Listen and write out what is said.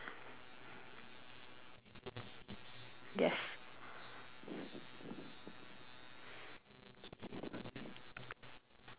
yes